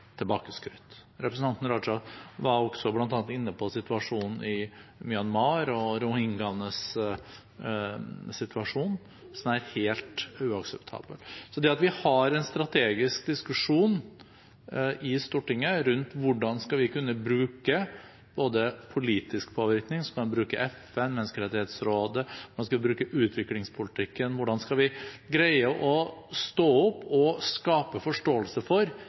Representanten Raja var bl.a. inne på situasjonen i Myanmar og rohingyaenes situasjon, som er helt uakseptabel. Vi har en strategisk diskusjon i Stortinget rundt hvordan vi skal kunne bruke politisk påvirkning – skal man bruke FN, Menneskerettsrådet, utviklingspolitikken? Hvordan skal vi greie å stå opp og skape forståelse for,